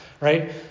right